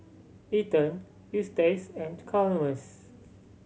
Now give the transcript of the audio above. Ethen Eustace and Chalmers